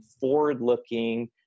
forward-looking